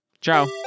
Ciao